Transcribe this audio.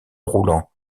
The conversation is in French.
roulant